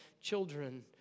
children